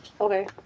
Okay